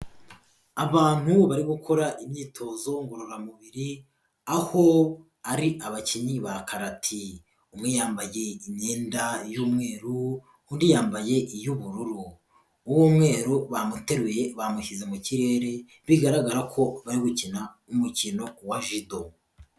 Abantu bari gukora imyitozo ngororamubiri aho ari abakinnyi ba Karati, umwe yambaye imyenda y'umweru undi yambaye iy'ubururu, uw'umweru bamuteruye bamushyize mu kirere bigaragara ko bari gukina n'umukino wa Jido.